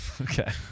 Okay